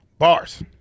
Bars